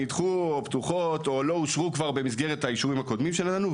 נדחו או פתוחות או לא אושרו במסגרת האישורים הקודמים שלנו,